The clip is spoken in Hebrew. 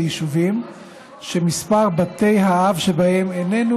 ליישובים שמספר בתי האב שבהם איננו